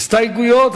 הסתייגויות,